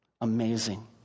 Amazing